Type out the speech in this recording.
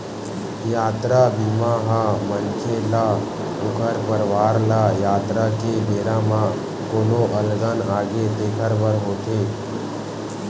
यातरा बीमा ह मनखे ल ऊखर परवार ल यातरा के बेरा म कोनो अलगन आगे तेखर बर होथे